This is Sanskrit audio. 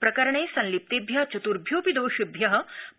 प्रकरणे संलिप्तेभ्य चत्भ्यों पि दोषिभ्य